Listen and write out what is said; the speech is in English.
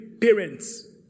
parents